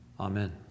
Amen